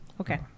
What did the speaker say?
Okay